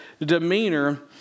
demeanor